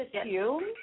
assume